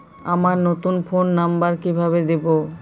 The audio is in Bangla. আমার নতুন ফোন নাম্বার কিভাবে দিবো?